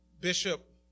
Bishop